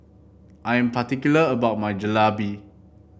I am particular about my Jalebi